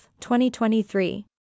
2023